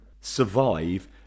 Survive